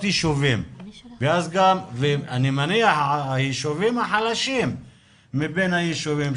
ישובים ואני מניח שאלה הישובים החלשים מבין הישובים,